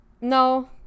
no